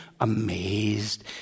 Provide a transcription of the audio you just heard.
amazed